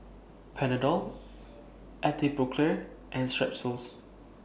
Panadol Atopiclair and Strepsils